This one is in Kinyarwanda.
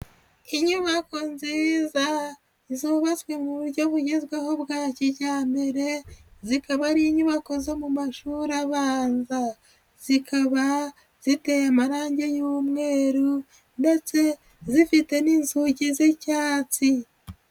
Inyubako nziza zubatswe mu buryo bugezweho bwa kijyambere zikaba ari inyubako zo mu mashuri abanza, zikaba ziteye amarangi y'umweru ndetse zifite n'inzugi z'icyatsi.